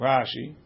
Rashi